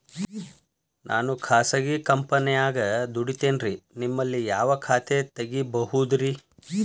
ನಾನು ಖಾಸಗಿ ಕಂಪನ್ಯಾಗ ದುಡಿತೇನ್ರಿ, ನಿಮ್ಮಲ್ಲಿ ಯಾವ ಖಾತೆ ತೆಗಿಬಹುದ್ರಿ?